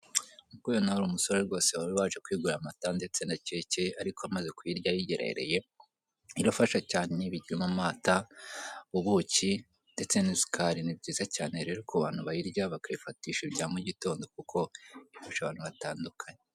Uri kubona ko hano hari umusore wari waje kugura amata ndetse na keke uyigerereye, irafasha cyane iba irimo amatu ubuki ndetse n'isukari ni byiza cyane rero ko abantu bayirya bakayifatisha ibyo kurya bya mu gitondo, kuko ikoreshwa ahantu hatandukanye.